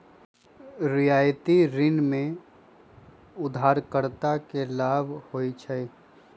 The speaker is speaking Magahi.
रियायती ऋण में उधारकर्ता के लाभ होइ छइ